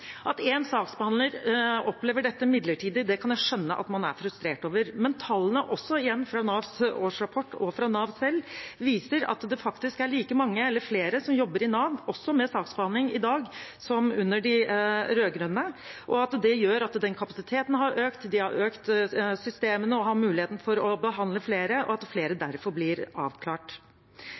At én saksbehandler opplever dette midlertidig, kan jeg skjønne at man er frustrert over. Men tallene, igjen fra Navs årsrapport og fra Nav selv, viser at det i dag faktisk er like mange – eller flere – som jobber i Nav, også med saksbehandling, som under de rød-grønne. Det gjør at den kapasiteten har økt, de har styrket systemene og har muligheten for å behandle flere, og derfor blir flere avklart.